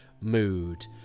mood